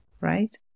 right